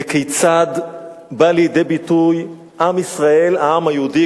כיצד בא לידי ביטוי עם ישראל, העם היהודי.